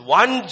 one